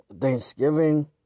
Thanksgiving